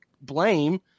blame